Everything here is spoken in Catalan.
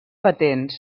patents